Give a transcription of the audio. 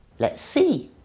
let's see.